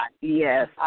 Yes